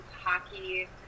hockey